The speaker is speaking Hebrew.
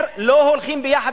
אומר: לא הולכים ביחד,